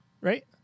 Right